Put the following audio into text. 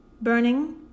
burning